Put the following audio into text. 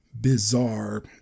bizarre